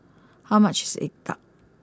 how much is Egg Tart